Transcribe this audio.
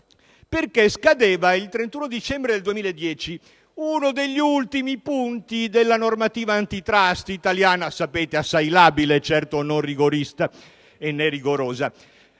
motivo: scadeva il 31 dicembre 2010 uno degli ultimi punti della normativa *antitrust* italiana (come sapete assai labile, certo non rigorista né rigorosa;